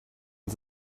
and